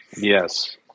Yes